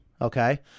okay